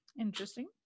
Interesting